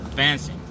Fancy